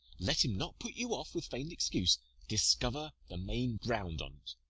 let him not put you off with feign'd excuse discover the main ground on